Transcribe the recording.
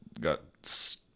got